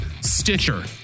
Stitcher